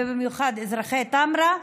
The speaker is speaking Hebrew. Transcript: ובמיוחד אזרחי טמרה,